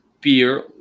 Beer